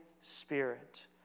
Spirit